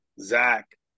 Zach